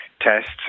tests